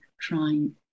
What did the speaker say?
trying